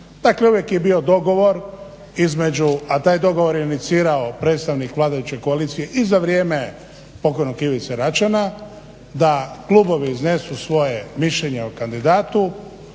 Dakle, uvijek je bio dogovor između, a taj dogovor je inicirao predstavnik vladajući koalicije i za vrijeme pokojnog Ivice Račana da klubovi iznesu svoje mišljenje o kandidatu,